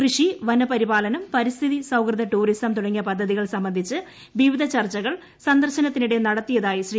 കൃഷി വനപരിപാലനം പരിസ്ഥിതി സൌഹൃദ ടൂറിസം തുടങ്ങിയ പദ്ധതികൾ സംബന്ധിച്ച് വിവിധ ചർച്ചകൾ സന്ദർശനത്തിനിടെ നടത്തിയതായി ശ്രീ